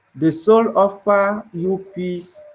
the soul offer you peace,